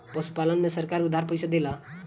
पशुपालन में सरकार उधार पइसा देला?